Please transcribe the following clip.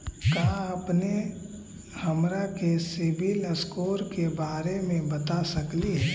का अपने हमरा के सिबिल स्कोर के बारे मे बता सकली हे?